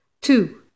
Two